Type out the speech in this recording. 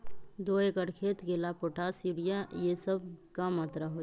दो एकर खेत के ला पोटाश, यूरिया ये सब का मात्रा होई?